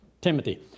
Timothy